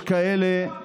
שמאלנים.